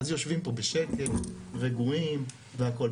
אז יושבים פה בשקט, רגועים, והכל.